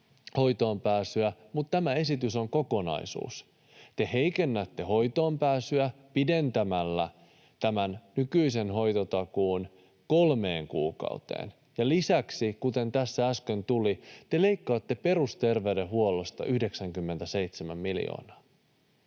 hoitoonpääsyä, mutta tämä esitys on kokonaisuus. Te heikennätte hoitoonpääsyä pidentämällä tämän nykyisen hoitotakuun kolmeen kuukauteen, ja lisäksi, kuten tässä äsken tuli esiin, te leikkaatte perusterveydenhuollosta 97 miljoonaa.